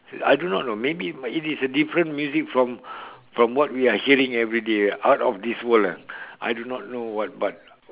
I do not know maybe it is a different music from from what we are hearing everyday out of this world ah I do not know what but